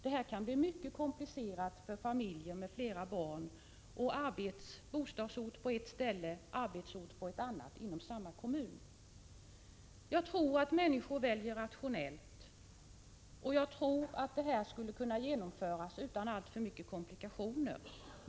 Det kan bli mycket Jag tror att människor väljer rationellt, och jag tror att detta skulle kunna genomföras utan alltför mycket komplikationer.